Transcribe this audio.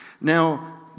Now